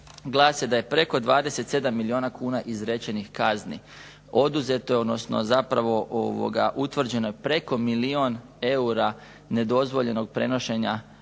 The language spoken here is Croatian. da je preko 27 milijuna kuna izrečenih kazni, oduzeto je odnosno zapravo utvrđeno je preko milijun eura nedozvoljenog prenošenja